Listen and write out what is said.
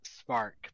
Spark